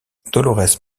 dolores